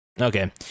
Okay